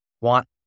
want